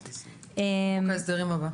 חוק ההסדרים עבר.